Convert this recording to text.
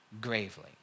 Gravely